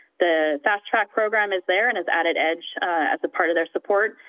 the fasttrack program is there and has added edge as a part of their support,